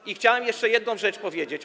I chciałem jeszcze jedną rzecz powiedzieć.